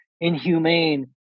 inhumane